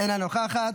אינה נוכחת,